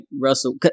Russell